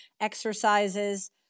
exercises